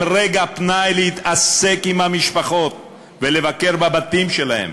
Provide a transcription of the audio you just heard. רגע פנאי להתעסק עם המשפחות ולבקר בבתים שלהן